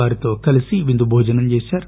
వారితో కలిసి విందు భోజనం చేశారు